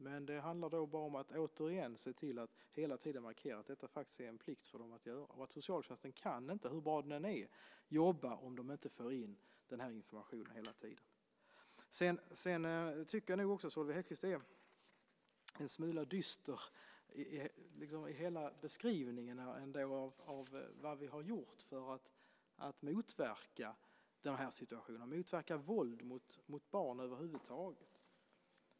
Men det handlar då bara om att återigen se till att hela tiden markera att detta faktiskt är en plikt för dem och att socialtjänsten inte kan jobba, hur bra den än är, om man inte får in den här informationen hela tiden. Jag tycker nog att Solveig Hellquist är en smula dyster i hela beskrivningen av vad vi har gjort för att motverka våld mot barn över huvud taget.